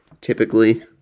typically